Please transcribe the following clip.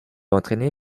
entraîné